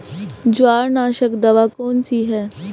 जवार नाशक दवा कौन सी है?